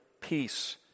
peace